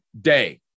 day